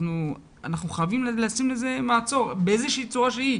אנחנו חייבים לשים לזה מעצור באיזו שהיא צורה שהיא.